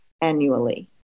annually